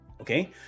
okay